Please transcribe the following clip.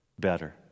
better